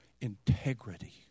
integrity